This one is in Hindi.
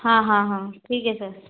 हाँ हाँ हाँ ठीक है सर